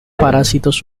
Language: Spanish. parásitos